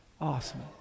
Awesome